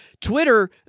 Twitter